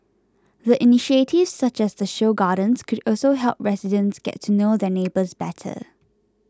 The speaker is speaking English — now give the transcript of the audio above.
the initiatives such as the show gardens could also help residents get to know their neighbours better